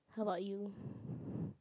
how about you